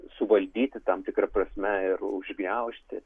suvaldyti tam tikra prasme ir užgniaužti